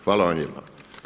Hvala vam lijepa.